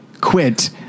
quit